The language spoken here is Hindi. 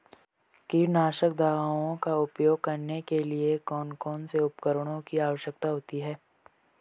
कीटनाशक दवाओं का उपयोग करने के लिए कौन कौन से उपकरणों की आवश्यकता होती है?